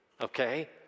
Okay